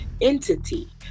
entity